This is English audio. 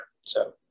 So-